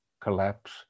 collapse